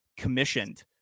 commissioned